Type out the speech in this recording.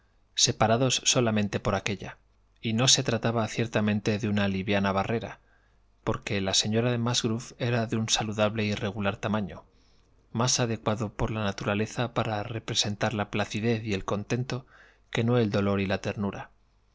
separados solamente por aquélla y no se trataba ciertamente de una liviana barrera porque la señora de musgrove era de un saludable y regular tamaño más adecuado por la naturaleza para representar la placidez y el contento que no el dolor y la ternura